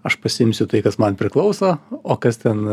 aš pasiimsiu tai kas man priklauso o kas ten